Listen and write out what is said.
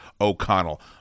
O'Connell